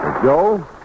Joe